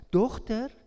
dochter